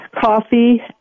coffee